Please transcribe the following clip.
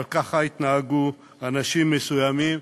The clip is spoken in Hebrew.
אבל ככה התנהגו אנשים מסוימים,